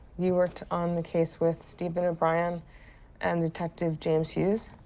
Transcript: you worked on the case with stephen o'brien and detective james hughes.